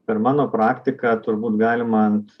per mano praktiką turbūt galima ant